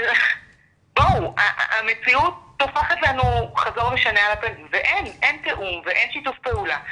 אבל המציאות טופחת לנו חזור ושנה על הפנים ואין תיאום ואין שיתוף פעולה,